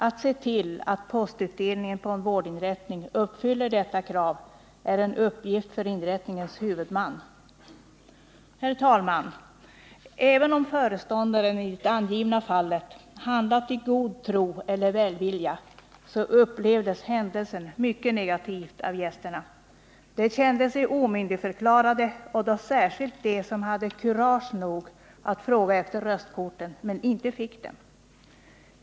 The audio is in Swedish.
Att se till att postutdelningen på en vårdinrättning uppfyller detta krav är en uppgift för inrättningens huvudman.” Herr talman! Även om föreståndaren i det angivna fallet handlat i god tro eller välvilja så upplevdes händelsen mycket negativt av gästerna. De kände sig omyndigförklarade, och då särskilt de som hade kurage att fråga efter röstkorten men inte fick dem.